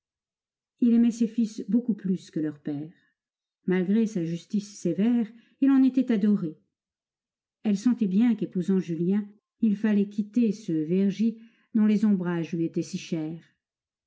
il aimait ses fils beaucoup plus que leur père malgré sa justice sévère il en était adoré elle sentait bien qu'épousant julien il fallait quitter ce vergy dont les ombrages lui étaient si chers